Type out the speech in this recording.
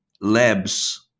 labs